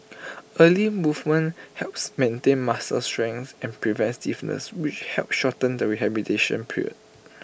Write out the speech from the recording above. early movement helps maintain muscle strength and prevents stiffness which help shorten the rehabilitation period